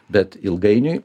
bet ilgainiui